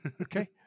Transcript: Okay